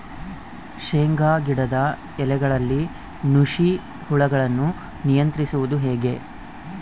ಶೇಂಗಾ ಗಿಡದ ಎಲೆಗಳಲ್ಲಿ ನುಷಿ ಹುಳುಗಳನ್ನು ನಿಯಂತ್ರಿಸುವುದು ಹೇಗೆ?